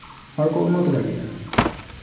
ᱦᱚᱲᱠᱚ ᱩᱱᱱᱚᱛᱤ ᱫᱟᱲᱮᱭᱟᱜᱼᱟ